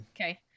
Okay